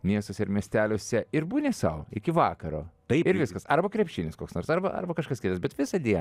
miestuose ir miesteliuose ir būni sau iki vakaro taip ir viskas arba krepšinis koks nors arba arba kažkas kitas bet visą dieną